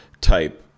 type